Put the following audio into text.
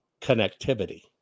Connectivity